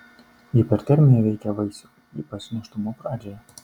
hipertermija veikia vaisių ypač nėštumo pradžioje